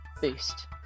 boost